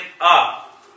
up